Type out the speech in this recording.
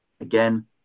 Again